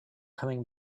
coming